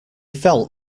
felt